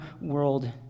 world